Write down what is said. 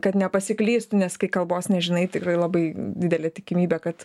kad nepasiklystų nes kai kalbos nežinai tikrai labai didelė tikimybė kad